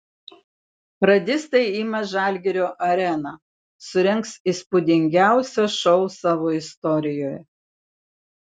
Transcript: radistai ima žalgirio areną surengs įspūdingiausią šou savo istorijoje